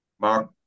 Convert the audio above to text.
Mark